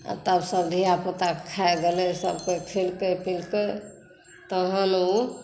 तब सब धियापुता खाए गेलै सबकोइ खेलकै पिलकै तहन ओ